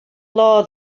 law